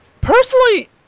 personally